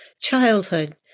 Childhood